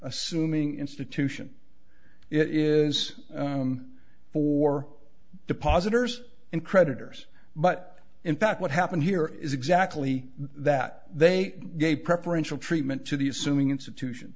assuming institution it is for depositors and creditors but in fact what happened here is exactly that they gave preferential treatment to the assuming institution